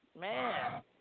Man